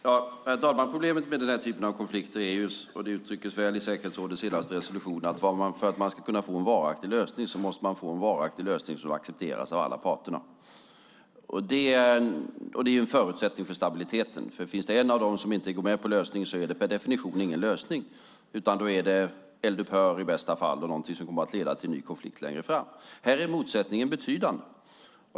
Herr talman! Problemet med den här typen av konflikter är just - och det uttrycktes väl i säkerhetsrådets senaste resolution - att för att man ska kunna få en varaktig lösning måste man få en varaktig lösning som accepteras av alla parter. Det är en förutsättning för stabiliteten. Om en av dem inte går med på lösningen är det per definition ingen lösning, utan då är det i bästa fall eldupphör och någonting som kommer att leda till en ny konflikt längre fram. Här är motsättningen betydande.